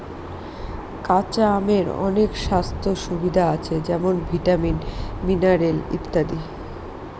কাঁচা আমের অনেক স্বাস্থ্য সুবিধা আছে যেমন ভিটামিন, মিনারেল ইত্যাদি